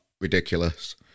ridiculous